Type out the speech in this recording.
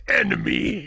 enemy